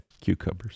cucumbers